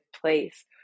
place